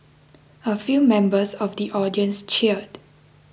a few members of the audience cheered